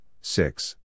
six